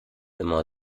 immer